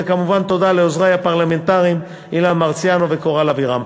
וכמובן תודה לעוזרי הפרלמנטרים אילן מרסיאנו וקורל אבירם.